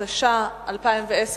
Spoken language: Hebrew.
התש"ע 2010,